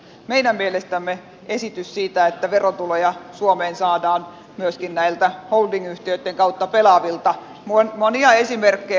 meidän mielestämme esitys siitä että verotuloja suomeen saadaan myöskin näiltä holding yhtiöitten kautta pelaavilta on monia esimerkkejä